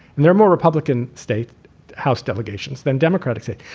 and there are more republican state house delegations than democratic state.